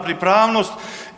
pripravnost.